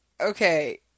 okay